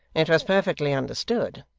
it was perfectly understood.